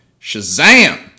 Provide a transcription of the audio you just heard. Shazam